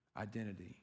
identity